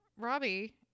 Robbie